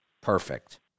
Perfect